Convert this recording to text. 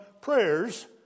prayers